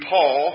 Paul